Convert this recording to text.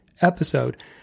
episode